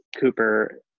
Cooper